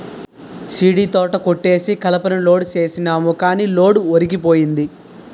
సీడీతోట కొట్టేసి కలపని లోడ్ సేసినాము గాని లోడు ఒరిగిపోయింది